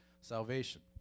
salvation